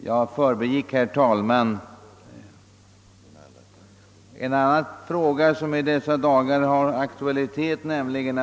Jag förbigick, herr talman, ett annat spörsmål som är aktuellt i dessa dagar.